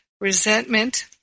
resentment